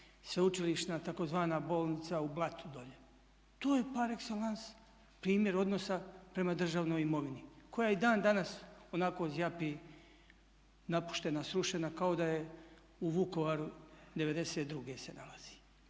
sveučilišna tzv. bolnica u Blatu dolje. To je par excellence primjer odnosa prema državnom imovini koja i dan danas onako zjapi napuštena, srušena kao da je u Vukovaru '92. se nalazi.